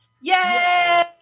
Yay